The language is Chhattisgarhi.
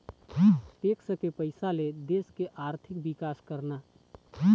टेक्स के पइसा ले देश के आरथिक बिकास करना